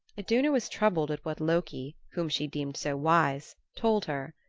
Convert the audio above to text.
iduna was troubled at what loki, whom she deemed so wise, told her.